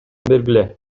бергиле